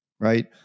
right